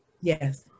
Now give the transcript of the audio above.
Yes